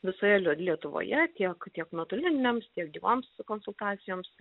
visoje lietuvoje tiek tiek nuotolinėms tiek gyvoms konsultacijoms